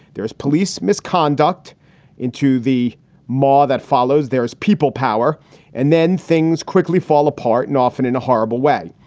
there is police misconduct into the more that follows. there's people power and then things quickly fall apart and often in a horrible way.